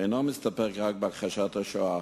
אינו מסתפק רק בהכחשת השואה,